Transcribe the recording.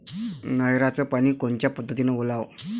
नयराचं पानी कोनच्या पद्धतीनं ओलाव?